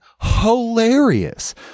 hilarious